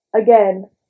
again